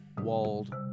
walled